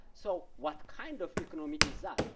so what kind of economy is that?